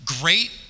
great